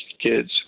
kids